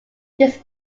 this